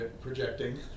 projecting